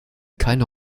keine